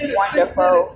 wonderful